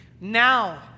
now